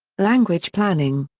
language planning.